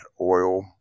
oil